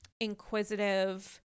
inquisitive